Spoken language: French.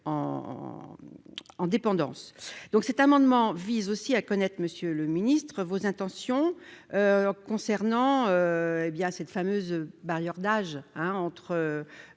en dépendance, donc, cet amendement vise aussi à connaître, Monsieur le Ministre, vos intentions concernant, hé bien cette fameuse barrière d'âge hein,